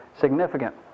significant